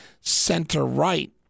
center-right